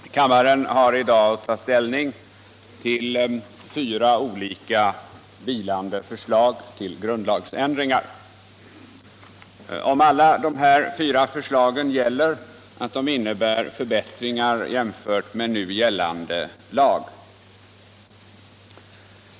Herr talman! Kammaren har i dag att ta ställning till fyra olika vilande förslag till grundlagsändringar. Om alla de fyra förslagen gäller att de innebär förbättringar gentemot nu gällande lag.